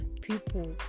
people